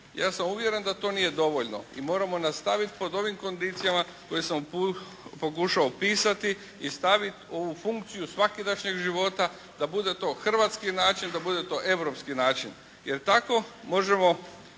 Ja sam uvjeren da to nije dovoljno i moramo nastaviti pod ovim kondicijama koje sam pokušao opisati i staviti u funkciju svakidašnjeg života da bude to hrvatski način, da to bude to europski način jer tako možemo